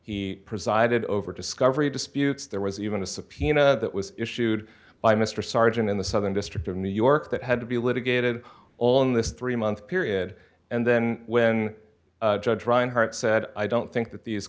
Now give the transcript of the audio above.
he presided over discovery disputes there was even a subpoena that was issued by mr sergeant in the southern district of new york that had to be litigated all in this three month period and then when judge rinehart said i don't think that these